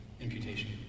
imputation